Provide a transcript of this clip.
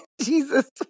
Jesus